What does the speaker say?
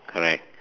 correct